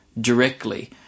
directly